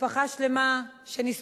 משפחה שלמה שנספתה.